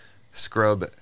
scrub